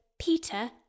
Peter